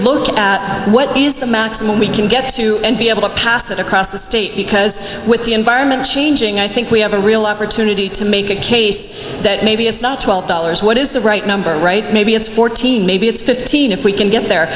look at what is the maximum we can get to be able to pass it across the state because with the environment changing i think we have a real opportunity to make a case that maybe it's not twelve dollars what is the right number right maybe it's fourteen maybe it's fifteen if we can get there